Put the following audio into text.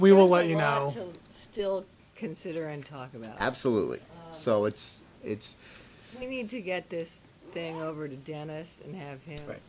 we all want you know still consider and talk about absolutely so it's it's we need to get this thing over to dennis and have